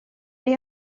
neu